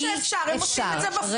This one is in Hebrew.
בוודאי שאפשר, הם עושים את זה בפועל.